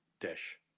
dish